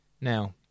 Now